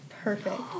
perfect